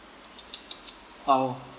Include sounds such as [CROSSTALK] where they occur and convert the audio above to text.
[NOISE] !wow!